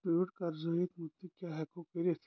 tweet کَر زِ اَتھ مُتلِق کیٛاہ ہٮ۪کَو کٔرِتھ